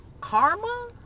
Karma